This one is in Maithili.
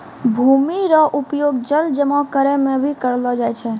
भूमि रो उपयोग जल जमा करै मे भी करलो जाय छै